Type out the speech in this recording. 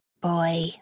boy